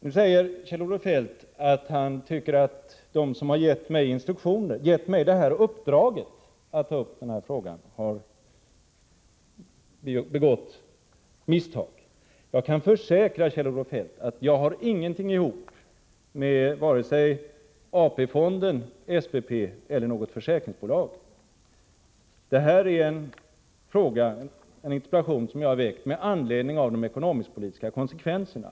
Nu säger Kjell-Olof Feldt att han tycker att de som har gett mig uppdraget att ta upp den här frågan har begått ett misstag. Jag kan försäkra Kjell-Olof Feldt att jag har ingenting ihop med vare sig AP-fonden, SPP eller något försäkringsbolag. Detta är en interpellation som jag har framställt med anledning av de ekonomisk-politiska konsekvenserna.